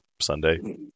Sunday